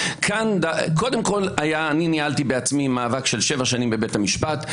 אני ניהלתי בעצמי מאבק של שבע שנים בבית המשפט.